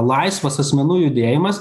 laisvas asmenų judėjimas